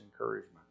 encouragement